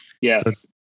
Yes